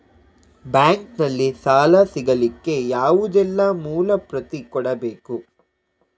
Bank ನಲ್ಲಿ ಸಾಲ ಸಿಗಲಿಕ್ಕೆ ಯಾವುದೆಲ್ಲ ಮೂಲ ಪ್ರತಿ ಕೊಡಬೇಕು?